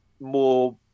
more